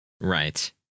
Right